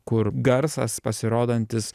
kur garsas pasirodantis